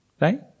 Right